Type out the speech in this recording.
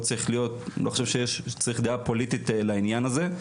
אני לא חושב שצריך דעה פוליטית לעניין הזה.